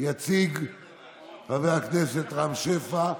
יציג חבר הכנסת רם שפע,